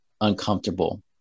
uncomfortable